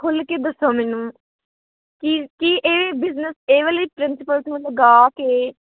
ਖੁੱਲ੍ਹ ਕੇ ਦੱਸੋ ਮੈਨੂੰ ਕਿ ਕੀ ਇਹ ਬਿਜ਼ਨਸ ਇਹ ਵਾਲੀ ਪ੍ਰਿੰਸੀਪਲਸ ਨੂੰ ਲਗਾ ਕੇ